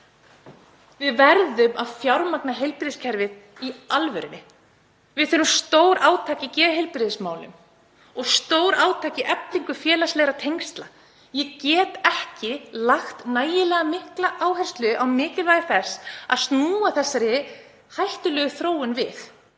Við verðum að fjármagna heilbrigðiskerfið í alvörunni. Við þurfum stórátak í geðheilbrigðismálum og stórátak í eflingu félagslegra tengsla. Ég get ekki lagt nægilega mikla áherslu á mikilvægi þess að snúa þessari hættulegu þróun við;